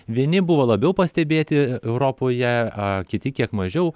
vieni buvo labiau pastebėti europoje a kiti kiek mažiau